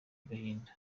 agahinda